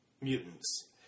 mutants